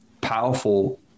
powerful